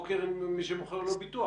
אני בתפקידי ממונה חירום בחברת חשמל.